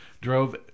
drove